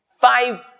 Five